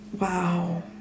Wow